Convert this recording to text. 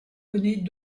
connait